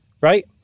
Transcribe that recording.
Right